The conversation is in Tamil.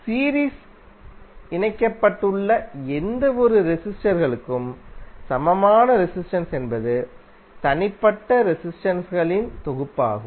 எனவே சீரீஸ் இணைக்கப்பட்டுள்ள எந்தவொரு ரெசிஸ்டர் களுக்கும் சமமான ரெசிஸ்டென்ஸ் என்பது தனிப்பட்ட ரெசிஸ்டென்ஸ் களின் தொகுப்பாகும்